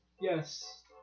Yes